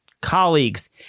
colleagues